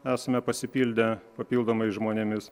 esame pasipildę papildomai žmonėmis